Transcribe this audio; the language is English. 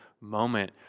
moment